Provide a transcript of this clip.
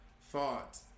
thought